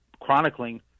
chronicling